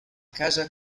casa